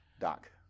Doc